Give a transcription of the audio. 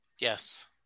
yes